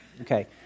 Okay